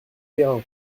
terrain